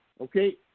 Okay